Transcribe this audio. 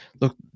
look